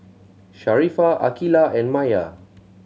Sharifah Aqilah and Maya